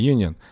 Union